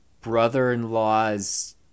brother-in-law's